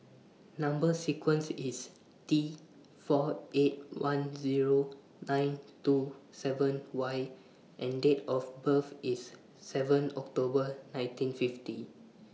Number sequence IS T four eight one Zero nine two seven Y and Date of birth IS seven October nineteen fifty